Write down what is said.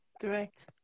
Correct